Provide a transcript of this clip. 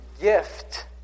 gift